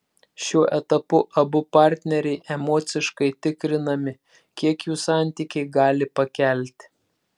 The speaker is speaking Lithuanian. šiuo etapu abu partneriai emociškai tikrinami kiek jų santykiai gali pakelti